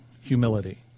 humility